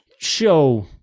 show